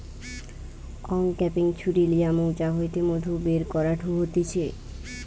uncapping ছুরি লিয়া মৌচাক হইতে মধু বের করাঢু হতিছে